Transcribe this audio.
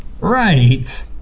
right